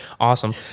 awesome